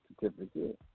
certificate